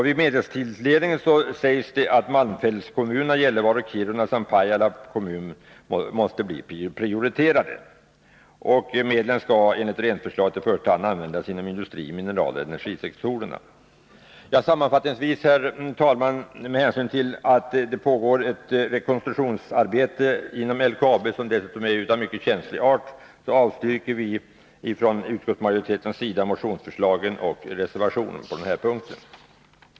Vid medelstilldelningen föreslås malmfältskommunerna Gällivare och Kiruna samt Pajala kommun bli prioriterade. Medlen skall enligt regeringsförslaget i första hand användas inom industri-, mineraloch energisektorerna. Sammanfattningsvis: Med hänsyn till att det inom LKAB pågår ett rekonstruktionsarbete av mycket känslig art avstyrker utskottsmajoriteten, herr talman, motionsförslagen och reservationerna på den här punkten.